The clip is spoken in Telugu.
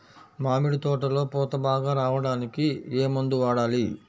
మామిడి తోటలో పూత బాగా రావడానికి ఏ మందు వాడాలి?